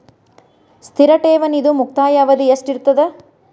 ಸ್ಥಿರ ಠೇವಣಿದು ಮುಕ್ತಾಯ ಅವಧಿ ಎಷ್ಟಿರತದ?